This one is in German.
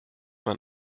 man